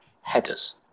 headers